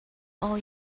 all